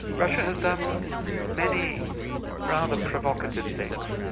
russia has done many rather provocative things.